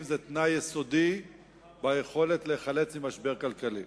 היא תנאי יסודי ביכולת להיחלץ ממשבר כלכלי.